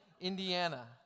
Indiana